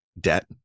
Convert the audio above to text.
debt